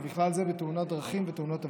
ובכלל זה בתאונות דרכים ותאונות עבודה.